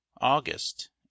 August